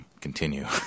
continue